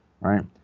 right